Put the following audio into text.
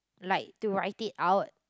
like to write it out